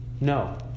No